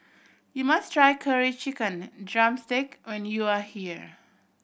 you must try Curry Chicken drumstick when you are here